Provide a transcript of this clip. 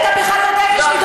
ואז אתה בא ואומר: הינה התליין,